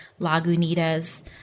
Lagunitas